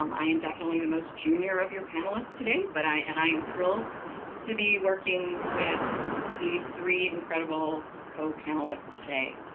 um i am definitely the most junior of your panelists today, but and i am thrilled to be working with these three incredible co-panelists today.